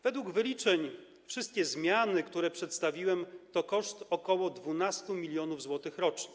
Według wyliczeń wszystkie zmiany, które przedstawiłem, to koszt ok. 12 mln zł rocznie.